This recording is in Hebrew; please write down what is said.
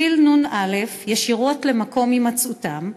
טיל נ"א ישירות למקום הימצאותם,